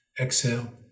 Exhale